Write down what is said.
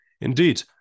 Indeed